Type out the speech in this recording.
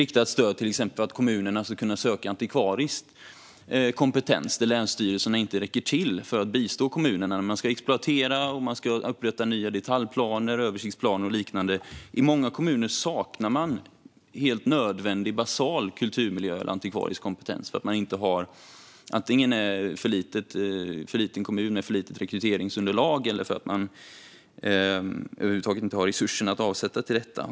Vi har också ett riktat stöd för att kommunerna ska kunna söka antikvarisk kompetens, om länsstyrelserna inte räcker till för att bistå kommunerna när de ska exploatera, upprätta nya detaljplaner, översiktsplaner och liknande. Många kommuner saknar helt nödvändig basal kulturmiljökompetens eller antikvarisk kompetens. Antingen är kommunen för liten med för litet rekryteringsunderlag eller så har man över huvud taget inte resurser att avsätta till detta.